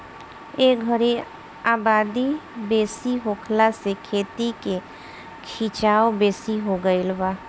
ए घरी आबादी बेसी होखला से खेती के खीचाव बेसी हो गई बा